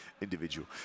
individual